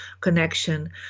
connection